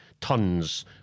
tons